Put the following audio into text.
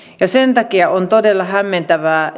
sen takia on todella hämmentävää